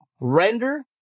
render